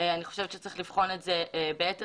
אני חושבת שצריך לבחון את הנושא במשנה